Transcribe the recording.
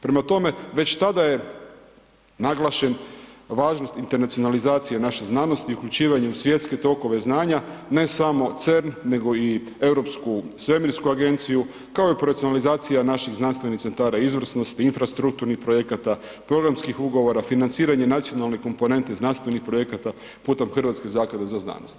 Prema tome, već tada je naglašen važnost internacionalizacije naše znanosti, uključivanje u svjetske tokove znanja, ne samo CERN nego i Europsku svemirsku agenciju, kao i ... naših znanstvenih centara izvrsnosti, infrastrukturnih projekata, programskih ugovora, financiranje nacionalne komponente znanstvenih projekata putem Hrvatske zaklade za znanost.